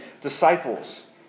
disciples